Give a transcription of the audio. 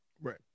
Right